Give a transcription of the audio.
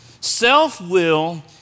Self-will